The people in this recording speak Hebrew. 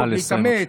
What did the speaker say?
להתאמץ.